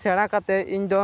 ᱥᱮᱬᱟ ᱠᱟᱛᱮᱫ ᱤᱧ ᱫᱚ